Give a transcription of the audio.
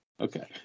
Okay